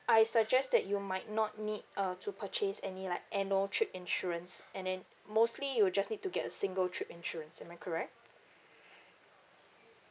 I suggest that you might not need uh to purchase any like annual trip insurance and then mostly you'll just need to get a single trip insurance am I correct